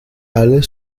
alice